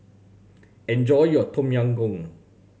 enjoy your Tom Yam Goong